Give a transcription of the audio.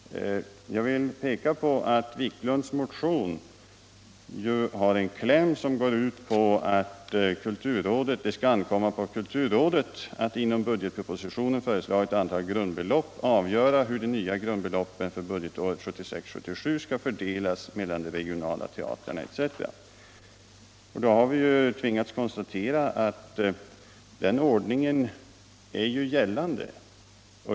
Jag vill peka på att herr Wiklund i klämmen till sin motion 581 har hemställt ”att riksdagen beslutar att det skall an komma på statens kulturråd att, inom i budgetpropositionen föreslaget antal grundbelopp, avgöra hur de nya grundbeloppen för budgetåret 1976/77 skall fördelas mellan de regionala teatrarna”etc. Vi har kunnat konstatera att den ordningen redan gäller.